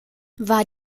war